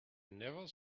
never